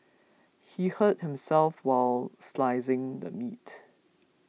he hurt himself while slicing the meat